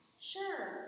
Sure